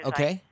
Okay